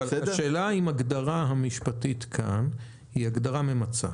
השאלה היא האם ההגדרה המשפטית שכתובה כאן היא הגדרה ממצה,